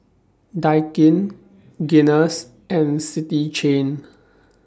Daikin Guinness and City Chain